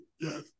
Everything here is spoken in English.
Yes